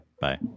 Bye